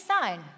sign